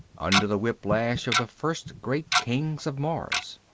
under the whiplash of the first great kings of mars.